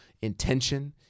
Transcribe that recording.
intention